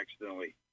accidentally